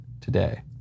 today